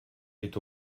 est